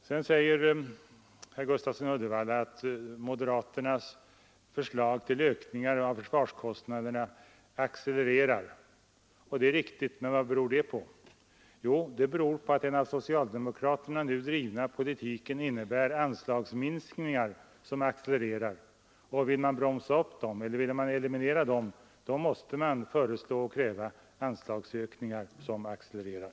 Sedan säger herr Gustafsson i Uddevalla att moderaternas förslag till ökningar av försvarskostnaderna accelererar. Det är riktigt, men vad beror det på? Jo, det beror på att den av socialdemokraterna nu drivna politiken innebär anslagsminskningar som accelererar och vill man bromsa upp dem eller eliminera dem då måste man föreslå — och kräva — anslagsökningar som accelererar.